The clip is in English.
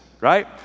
right